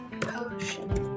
potion